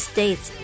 States